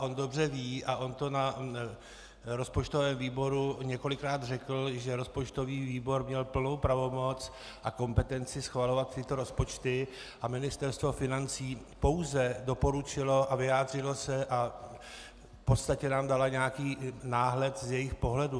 On dobře ví a on to na rozpočtovém výboru několikrát řekl, že rozpočtový výbor měl plnou pravomoc a kompetenci schvalovat tyto rozpočty a Ministerstvo financí pouze doporučilo a vyjádřilo se a v podstatě nám dalo nějaký náhled z jejich pohledu.